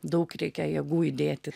daug reikia jėgų įdėti